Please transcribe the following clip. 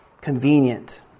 convenient